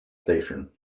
station